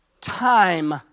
time